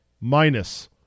minus